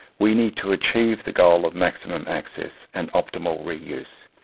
we need to achieve the goal of maximum access and optimal re-use.